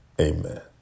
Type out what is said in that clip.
amen